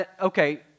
Okay